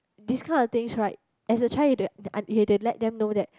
this kind of things right as a child you you have to let them know that